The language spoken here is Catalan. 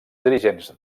dirigents